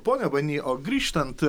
pone bany o grįžtant